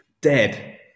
Dead